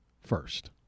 first